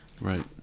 Right